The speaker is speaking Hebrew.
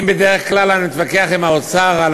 אם בדרך כלל אני מתווכח עם האוצר על